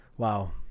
Wow